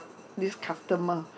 this customer